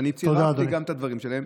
ואני צירפתי גם את הדברים שלהם.